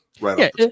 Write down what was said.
right